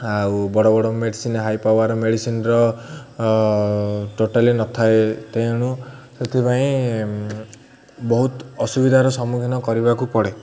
ଆଉ ବଡ଼ ବଡ଼ ମେଡ଼ିସିନ୍ ହାଇ ପାୱାର୍ ମେଡ଼ିସିନ୍ର ଟୋଟାଲି ନ ଥାଏ ତେଣୁ ସେଥିପାଇଁ ବହୁତ ଅସୁବିଧାର ସମ୍ମୁଖୀନ କରିବାକୁ ପଡ଼େ